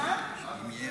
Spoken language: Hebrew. מירב,